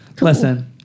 Listen